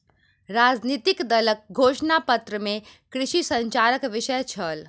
राजनितिक दलक घोषणा पत्र में कृषि संचारक विषय छल